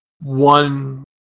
one